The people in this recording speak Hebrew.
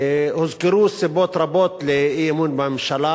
הוזכרו סיבות רבות לאי-אמון בממשלה.